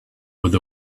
with